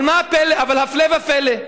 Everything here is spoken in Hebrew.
אבל הפלא ופלא,